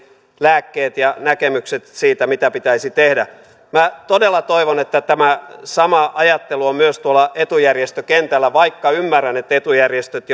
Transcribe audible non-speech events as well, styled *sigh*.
lääkkeet ja näkemykset siitä mitä pitäisi tehdä minä todella toivon että tämä sama ajattelu on myös tuolla etujärjestökentällä vaikka ymmärrän että etujärjestöt *unintelligible*